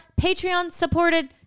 Patreon-supported